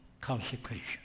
consecration